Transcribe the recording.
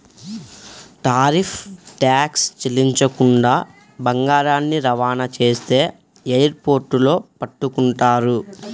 tariff tax చెల్లించకుండా బంగారాన్ని రవాణా చేస్తే ఎయిర్ పోర్టుల్లో పట్టుకుంటారు